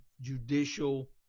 judicial